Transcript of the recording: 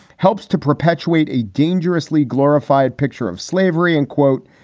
helps to perpetuate a dangerously glorified picture of slavery and, quote,